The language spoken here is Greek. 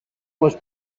πως